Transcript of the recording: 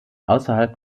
ausserhalb